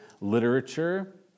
literature